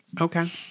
Okay